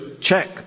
check